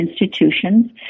institutions